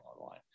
online